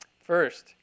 First